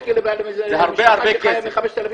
40 אלף שקל למשפחה שחיה מ-5,000 שקלים.